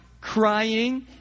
crying